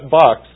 box